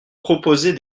proposer